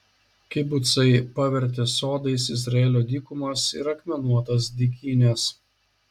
kibucai pavertė sodais izraelio dykumas ir akmenuotas dykynes